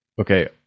Okay